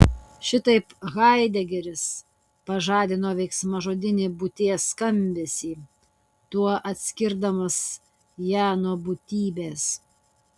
šitaip haidegeris pažadino veiksmažodinį būties skambesį tuo atskirdamas ją nuo būtybės